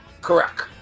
correct